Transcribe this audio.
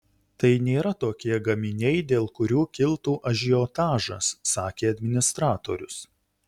tai nėra tokie gaminiai dėl kurių kiltų ažiotažas sakė administratorius